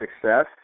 success